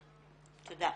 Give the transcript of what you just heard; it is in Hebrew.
תודה.